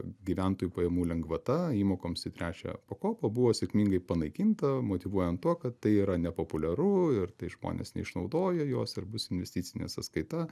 gyventojų pajamų lengvata įmokoms į trečią pakopą buvo sėkmingai panaikinta motyvuojant tuo kad tai yra nepopuliaru ir tai žmonės neišnaudoja jos ir bus investicinė sąskaita